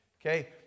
Okay